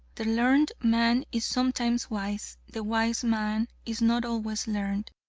the learned man is sometimes wise the wise man is not always learned.